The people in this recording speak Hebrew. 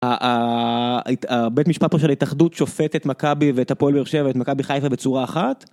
ה.. ה.. הת.. הבית משפט פה של ההתאחדות שופט את מכבי ואת הפועל באר שבע ואת מכבי חיפה בצורה אחת.